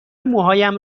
موهایم